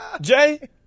Jay